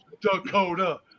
Dakota